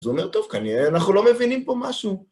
זה אומר, טוב, כנראה אנחנו לא מבינים פה משהו.